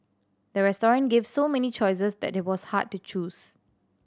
the restaurant gave so many choices that it was hard to choose